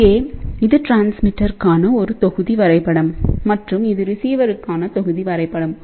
இங்கே இது ட்ரான்ஸ்மிட்டர் க்கான ஒரு தொகுதி வரைபடம்மற்றும் இது ரிசீவர்க்கான தொகுதி வரைபடம்